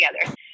together